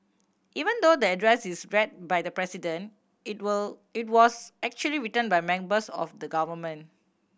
even though the address is read by the President it were it was actually written by members of the government